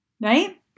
right